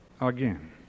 again